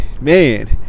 man